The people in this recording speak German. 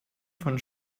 von